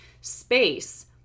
space